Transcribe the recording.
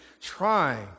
trying